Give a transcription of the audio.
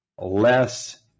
less